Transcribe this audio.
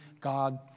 God